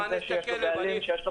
זה שיש לו בעלים שיש לו פחות אמצעים.